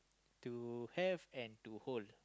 to have and to hold